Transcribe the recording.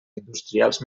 industrials